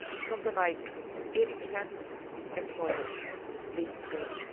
something like eighty percent employment leaving school.